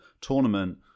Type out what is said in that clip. tournament